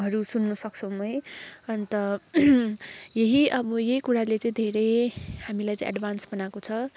हरू सुन्न सक्छौँ है अन्त यही अब यही कुराले चाहिँ धेरै हामीलाई चाहिँ एड्भान्स बनाएको छ